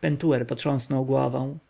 pentuer potrząsnął głową